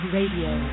Radio